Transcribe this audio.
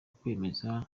kwemeza